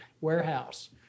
warehouse